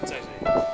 载谁